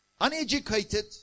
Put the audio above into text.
uneducated